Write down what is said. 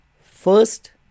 first